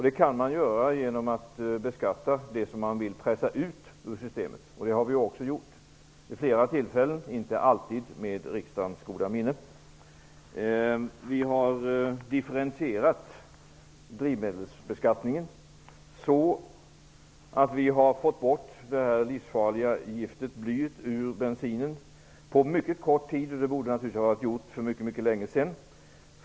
Det kan man göra genom att beskatta det som man vill pressa ut ur systemet, och det har vi också gjort vid flera tillfällen -- inte alltid med riksdagens goda minne. Vi har differentierat drivmedelsbeskattningen så att vi har fått bort det livsfarliga giftet bly ur bensinen på mycket kort tid. Det borde naturligtvis ha varit gjort för mycket länge sedan.